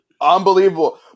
Unbelievable